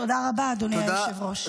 תודה רבה, אדוני היושב-ראש.